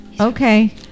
Okay